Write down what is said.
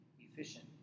efficient